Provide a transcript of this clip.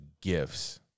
gifts